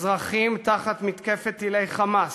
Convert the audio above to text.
אזרחים תחת מתקפת טילי "חמאס",